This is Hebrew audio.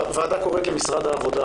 הוועדה קוראת למשרד העבודה